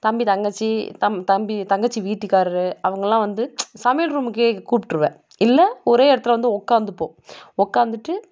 தம்பி தங்கச்சி தம்பி தங்கச்சி வீட்டுக்காரர் அவங்களாம் வந்து சமையல் ரூமுக்கே கூப்பிட்ருவன் இல்லை ஒரே இடத்துல வந்து உட்காந்துப்போம் உட்காந்துட்டு